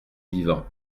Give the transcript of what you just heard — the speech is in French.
vivant